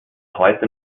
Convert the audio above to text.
heute